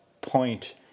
point